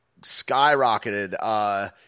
skyrocketed